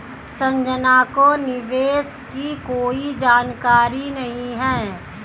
संजना को निवेश की कोई जानकारी नहीं है